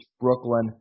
Brooklyn